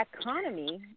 economy